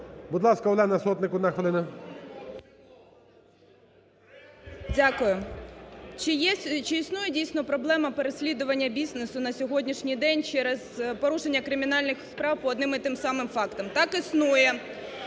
Будь ласка, Олена Сотник одна хвилина. 17:16:14 СОТНИК О.С. Дякую. Чи існує дійсно проблема переслідування бізнесу на сьогоднішній день через порушення кримінальних справ по одним і тим самим фактам? Так, існує.